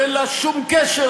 שאין לה שום קשר,